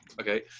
Okay